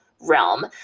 realm